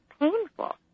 painful